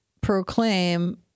proclaim